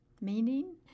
Meaning